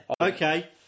Okay